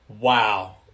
Wow